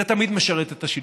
זה תמיד משרת את השלטון,